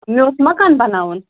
مےٚ اوس مکان بَناوُن